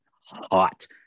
hot